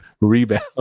rebound